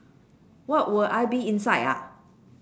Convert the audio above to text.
what will I be inside ah